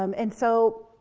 um and so,